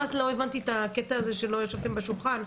לא הבנתי את הקטע הזה שלא ישבתם בשולחן.